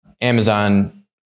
Amazon